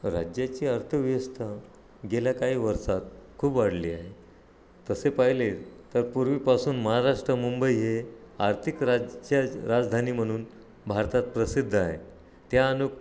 राज्याची अर्थव्यवस्था गेल्या काही वर्षात खूप वाढली आहे तसे पाहिले तर पूर्वीपासून महाराष्ट्र मुंबई हे आर्थिक राज्य राजधानी म्हणून भारतात प्रसिद्ध आहे त्या अनुक